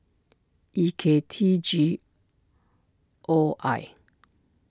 E K T G O I